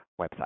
website